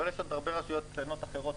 אבל יש עוד הרבה רשויות קטנות אחרות,